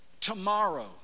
tomorrow